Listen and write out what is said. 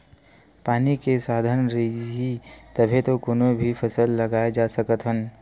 पानी के साधन रइही तभे तो कोनो भी फसल लगाए जा सकत हवन